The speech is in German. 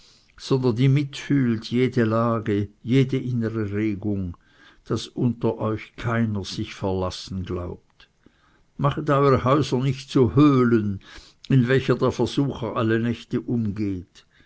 sondern die mitfühlt jede lage jede innere regung daß unter euch keiner sich verlassen glaubt machet eure häuser nicht zu höhlen in welcher der versucher alle nächte umgeht